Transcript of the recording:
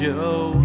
Joe